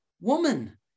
woman